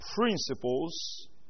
principles